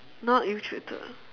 not ill treated lah